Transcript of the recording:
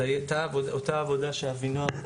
הייתה עבודה של רח"ל.